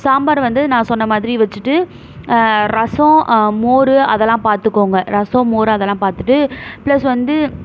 சாம்பார் வந்து நான் சொன்ன மாதிரி வெச்சுட்டு ரசம் மோர் அதெல்லாம் பார்த்துக்கோங்க ரசம் மோர் அதெல்லாம் பார்த்துட்டு ப்ளஸ் வந்து